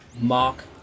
Mark